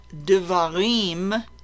devarim